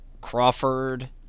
Crawford